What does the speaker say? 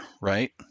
right